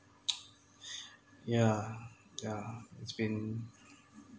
yeah yeah it's been